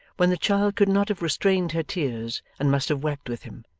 when the child could not have restrained her tears and must have wept with him.